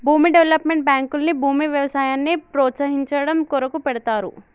భూమి డెవలప్మెంట్ బాంకుల్ని భూమి వ్యవసాయాన్ని ప్రోస్తయించడం కొరకు పెడ్తారు